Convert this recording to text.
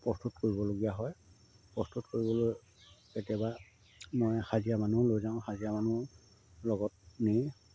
প্ৰস্তুত কৰিবলগীয়া হয় প্ৰস্তুত কৰিবলৈ কেতিয়াবা মই হাজিৰা মানুহ লৈ যাওঁ হাজিৰা মানুহ লগত নি